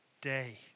day